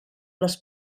les